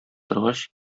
торгач